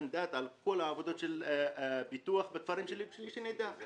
מנדט על כל העבודות של הפיתוח בכפרים שלי בלי שנדע על כך.